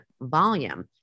volume